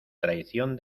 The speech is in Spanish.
traición